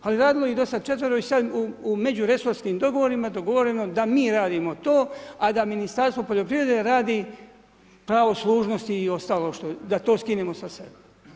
Ali radilo je do sad i četvero u međuresorskim dogovorima dogovoreno je da mi radimo to, a da Ministarstvo poljoprivrede radi pravo služnosti i ostalo da to skinemo sa sebe.